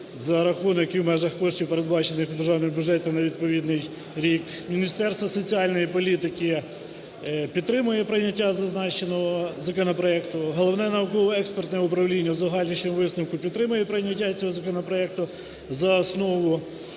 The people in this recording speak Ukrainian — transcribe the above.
за рахунок і в межах коштів, передбачених державним бюджетом на відповідний рік. Міністерство соціальної політики підтримує прийняття зазначеного законопроекту. Головне науково-експертне управління в узагальнюючому висновку підтримує прийняття цього законопроекту за основу